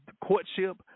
courtship